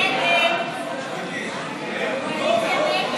ההצעה להעביר